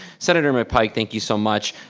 senator mcpike thank you so much.